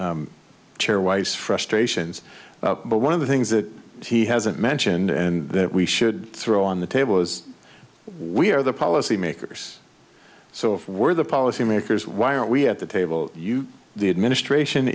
share chair wise frustrations but one of the things that he hasn't mentioned and that we should throw on the table was we are the policy makers so if we're the policy makers why are we at the table you the administration